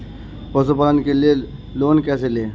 पशुपालन के लिए लोन कैसे लें?